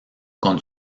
con